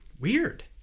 Weird